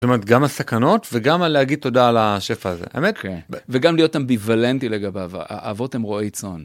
זאת אומרת, גם הסכנות, וגם ה-להגיד תודה על ה...שפע הזה. האמת, - כן. - ו-וגם להיות אמביוולנטי לגביו, א-א-אבות הם רועי צאן.